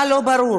מה לא ברור?